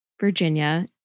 Virginia